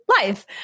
life